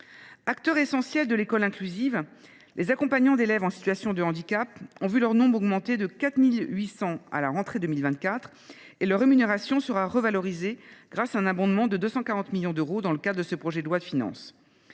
Acteurs essentiels de l’école inclusive, les accompagnants d’élèves en situation de handicap ont vu leur nombre augmenter de 4 800 à la rentrée 2024. En outre, leur rémunération sera revalorisée grâce à un abondement de 240 millions d’euros au présent budget. Cet effort